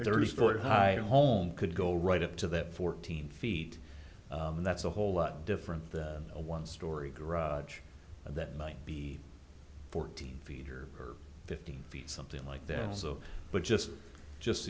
very high home could go right up to that fourteen feet and that's a whole lot different than a one story garage that might be fourteen feet or fifteen feet something like that so but just just